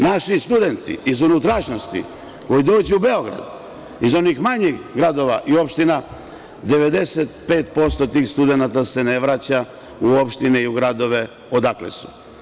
Naši studenti iz unutrašnjosti koji dođu u Beograd iz onih manjih gradova i opština 95% tih studenata se ne vraća u opštine i gradove odakle su.